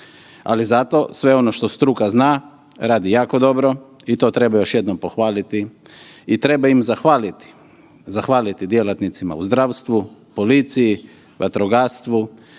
Ali zato sve ono što struka zna radi jako dobro i to treba još jednom pohvaliti i treba im zahvaliti, zahvaliti djelatnicima u zdravstvu, policiji, vatrogastvu,